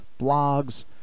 blogs